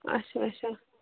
اچھا اچھا